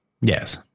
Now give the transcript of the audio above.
Yes